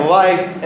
life